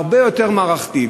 הרבה יותר מערכתי,